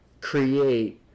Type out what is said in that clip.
create